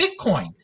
Bitcoin